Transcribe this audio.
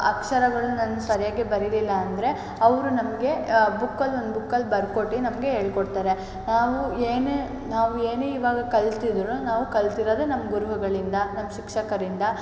ಅಕ್ಷರಗಳ್ನ ನಾನು ಸರಿಯಾಗೇ ಬರೀಲಿಲ್ಲ ಅಂದರೆ ಅವರು ನಮಗೆ ಬುಕ್ಕಲ್ಲಿ ಒಂದು ಬುಕ್ಕಲ್ಲಿ ಬರ್ಕೊಟ್ಟು ನಮಗೆ ಹೇಳ್ಕೊಡ್ತಾರೆ ನಾವು ಏನೇ ನಾವು ಏನೇ ಇವಾಗ ಕಲ್ತಿದ್ದರೂ ನಾವು ಕಲಿತಿರೋದೆ ನಮ್ಮ ಗುರುಗಳಿಂದ ನಮ್ಮ ಶಿಕ್ಷಕರಿಂದ